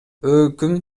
өкм